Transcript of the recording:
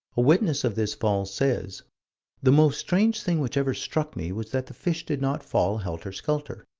a witness of this fall says the most strange thing which ever struck me was that the fish did not fall helter-skelter,